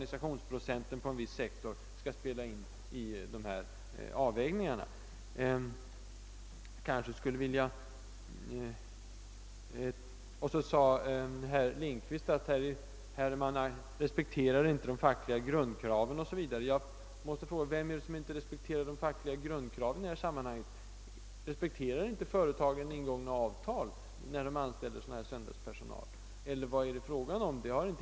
nisationsprocenten inom en viss sektor skall spela in vid dessa avvägningar. Herr Lindkvist påstod också att man inte respekterar de fackliga grundkraven. Vem är det som inte respekterar dem i detta sammanhang? Respekterar inte företagen ingångna avtal när de anställer söndagspersonal, eller vad är det fråga om?